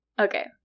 Okay